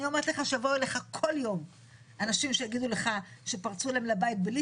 אני אומרת לך שיבואו אליך כל יום אנשים שיגידו לך שפרצו להם לבית בלי